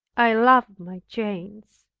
i love my chains.